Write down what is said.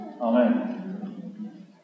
Amen